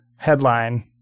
headline